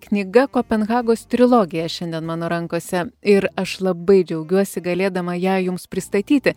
knyga kopenhagos trilogija šiandien mano rankose ir aš labai džiaugiuosi galėdama ją jums pristatyti